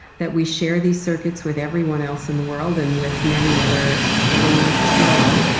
that we share these circuits with everyone else in the world and with many other animals as well,